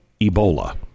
Ebola